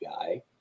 guy